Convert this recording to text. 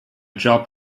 job